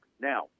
Now